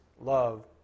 love